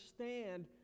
understand